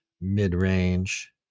mid-range